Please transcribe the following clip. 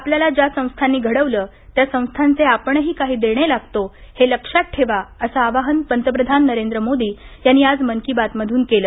आपल्याला ज्या संस्थांनी घडवलं त्या संस्थांचे आपणही काही देणे लागतो हे लक्षात ठेवा असं आवाहन पंतप्रधान नरेंद्र मोदी यांनी काल मन की बात मधून केलं